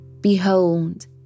behold